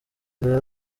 rero